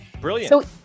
Brilliant